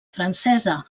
francesa